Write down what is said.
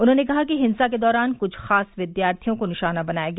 उन्होंने कहा कि हिंसा के दौरान क्छ खास विद्यार्थियों को निशाना बनाया गया